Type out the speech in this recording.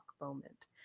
moment